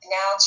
now